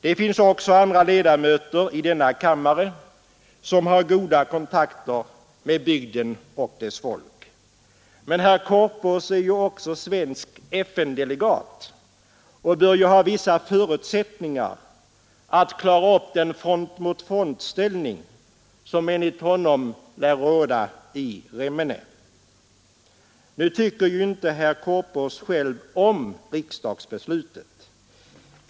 Det finns också andra ledamöter av denna kammare som har goda kontakter med bygden och dess folk. Men herr Korpås är även svensk FN-delegat och bör som sådan ha vissa förutsättningar att klara upp den front mot front-ställning som enligt honom lär råda i Remmene. Men herr Korpås tycker inte själv om riksdagsbeslutet.